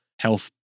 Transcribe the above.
health